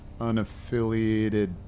unaffiliated